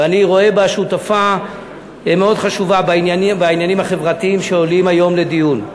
ואני רואה בה שותפה מאוד חשובה בעניינים החברתיים שעולים היום לדיון.